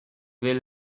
will